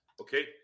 okay